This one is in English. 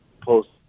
Post